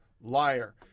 liar